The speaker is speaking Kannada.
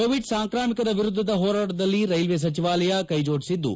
ಕೋವಿಡ್ ಸಾಂಕ್ರಾಮಿಕದ ವಿರುದ್ದದ ಹೋರಾಟದಲ್ಲಿ ಕ್ಲೆಲ್ಲೇ ಸಚಿವಾಲಯ ಕ್ಲೆಜೋಡಿಸಿದ್ದು